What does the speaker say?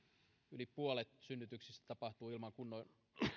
yli puolet synnytyksistä tapahtuu ilman kunnon